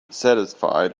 satisfied